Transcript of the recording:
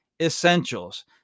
essentials